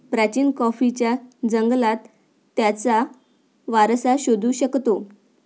प्राचीन कॉफीच्या जंगलात त्याचा वारसा शोधू शकतो